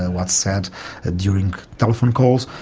and what's said ah during telephone calls,